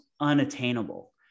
unattainable